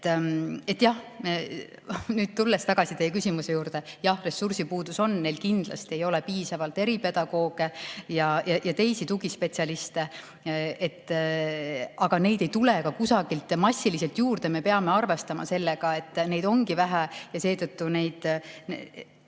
valikuid. Tulles tagasi teie küsimuse juurde, siis jah, ressursipuudus on. Neil kindlasti ei ole piisavalt eripedagooge ja teisi tugispetsialiste, aga neid ei tule ka kusagilt massiliselt juurde. Me peame arvestama sellega, et neid ongi vähe ja seetõttu nende